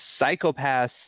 Psychopaths